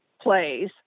plays